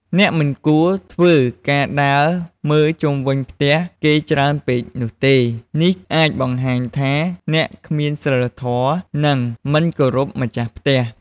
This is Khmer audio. អ្នកមិនគួរធ្វើការដើរមើលជុំវិញផ្ទះគេច្រើនពេកនោះទេ នេះអាចបង្ហាញថាអ្នកគ្មានសីលធម៌ និង មិនគោរពម្ចាស់ផ្ទះ។